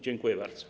Dziękuję bardzo.